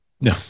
No